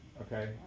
Okay